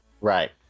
right